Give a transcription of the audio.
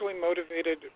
motivated